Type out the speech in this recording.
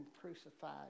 crucified